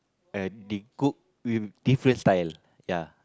uh they cook with different style ya